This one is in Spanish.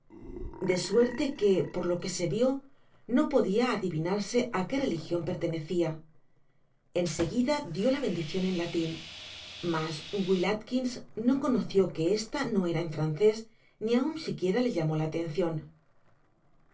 de suerte que por lo que se vió no podia'adivinarse á qué religion pertenecia en seguida dió la bendicion en latin mas will atkins no conoció que esta no era en francés y ni aun siquiera le llamó la atencion